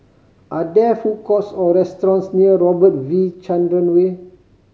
are there food courts or restaurants near Robert V Chandran Way